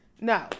No